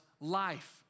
life